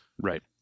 right